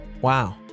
wow